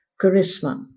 charisma